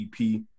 EP